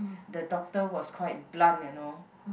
the doctor was quite blunt you know